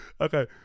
Okay